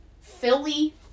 Philly